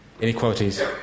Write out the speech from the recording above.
inequalities